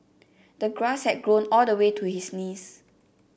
the grass had grown all the way to his knees